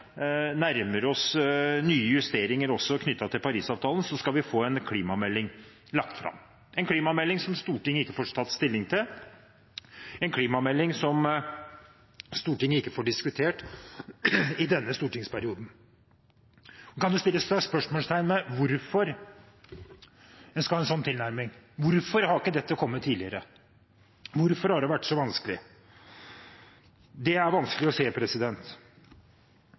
nærmer oss nye justeringer også knyttet til Paris-avtalen – skal vi få en klimamelding lagt fram, en klimamelding som Stortinget ikke får tatt stilling til, en klimamelding som Stortinget ikke får diskutert i denne stortingsperioden. Det kan jo settes spørsmålstegn ved hvorfor en skal ha en sånn tilnærming. Hvorfor har ikke dette kommet tidligere? Hvorfor har det vært så vanskelig? Det er vanskelig å se.